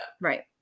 Right